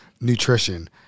nutrition